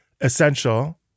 essential